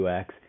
UX